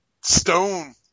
Stone